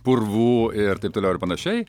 purvų ir taip toliau ir panašiai